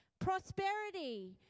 prosperity